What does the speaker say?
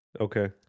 Okay